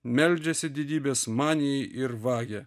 meldžiasi didybės manijai ir vagia